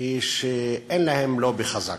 היא שאין להם לובי חזק.